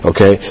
Okay